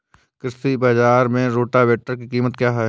कृषि बाजार में रोटावेटर की कीमत क्या है?